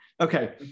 Okay